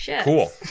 Cool